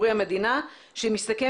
המדינה תשפה אותם בכסף ציבורי שמסתכם